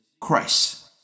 Christ